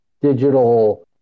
digital